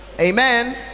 amen